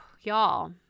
y'all